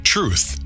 Truth